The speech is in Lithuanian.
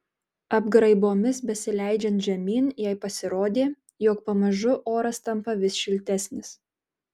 apgraibomis besileidžiant žemyn jai pasirodė jog pamažu oras tampa vis šiltesnis